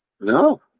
No